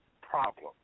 problem